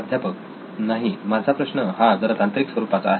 प्राध्यापक नाही माझा प्रश्न हा जरा तांत्रिक स्वरूपाचा आहे